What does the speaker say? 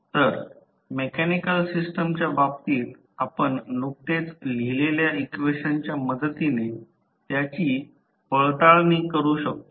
तर मेकॅनिकल सिस्टमच्या बाबतीत आपण नुकतेच लिहिलेल्या इक्वेशनच्या मदतीने त्याची पळताळणी करू शकतो